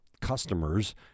customers